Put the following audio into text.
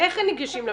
איך ניגשים למכרז?